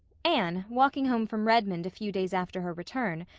anne, walking home from redmond a few days after her return,